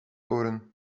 oren